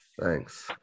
Thanks